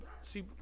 See